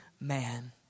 man